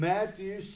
Matthew